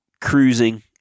cruising